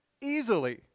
easily